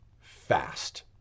fast